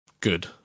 good